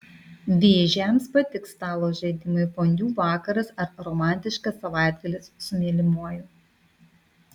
vėžiams patiks stalo žaidimai fondiu vakaras ar romantiškas savaitgalis su mylimuoju